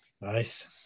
Nice